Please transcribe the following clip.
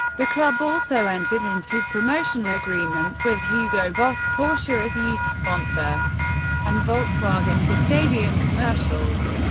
the club also entered into promotional agreements with hugo boss, porsche as youth sponsor and volkswagen for stadium commercials.